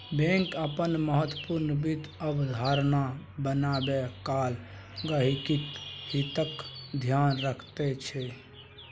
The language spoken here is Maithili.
बैंक अपन महत्वपूर्ण वित्त अवधारणा बनेबा काल गहिंकीक हितक ध्यान रखैत छै